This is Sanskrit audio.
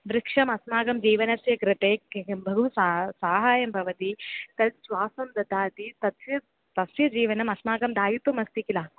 वृक्षम् अस्माकं जीवनस्य कृते किं बहु सा सहायं भवति तत् श्वासं ददाति तस्य तस्य जीवनम् अस्माकं दायित्वम् अस्ति किल